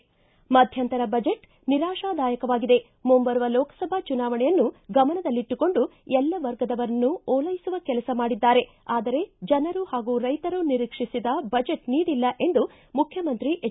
ಮಧ್ಯಂತರ ಬಜೆಟ್ ನಿರಾಶಾದಾಯಕವಾಗಿದೆ ಮುಂಬರುವ ಲೋಕಸಭಾ ಚುನಾವಣೆಯನ್ನು ಗಮನದಲ್ಲಿಟ್ಟುಕೊಂಡು ಎಲ್ಲ ವರ್ಗದವರನ್ನು ಓಲೈಸುವ ಕೆಲಸ ಮಾಡಿದ್ದಾರೆ ಆದರೆ ಜನರು ಹಾಗೂ ರೈತರು ನಿರೀಕ್ಷಿಸಿದ ಬಜೆಬ್ ನೀಡಿಲ್ಲ ಎಂದು ಮುಖ್ಯಮಂತ್ರಿ ಎಚ್